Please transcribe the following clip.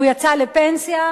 הוא יצא לפנסיה,